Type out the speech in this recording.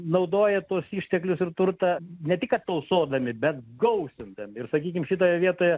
naudoja tuos išteklius ir turtą ne tik kad tausodami bet gausindami ir sakykim šitoje vietoje